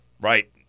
Right